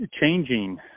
Changing